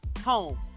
home